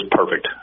perfect